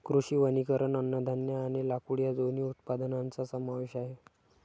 कृषी वनीकरण अन्नधान्य आणि लाकूड या दोन्ही उत्पादनांचा समावेश आहे